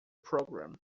program